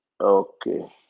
Okay